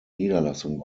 niederlassung